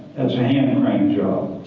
that's a hand and crank job.